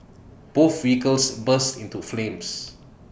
both vehicles burst into flames